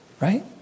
Right